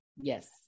Yes